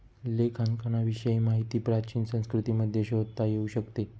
लेखांकनाविषयी माहिती प्राचीन संस्कृतींमध्ये शोधता येऊ शकते